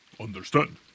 Understand